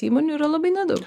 įmonių yra labai nedaug